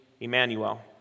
Emmanuel